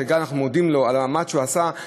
שכאן אנחנו מודים לו על המאמץ שהוא עשה,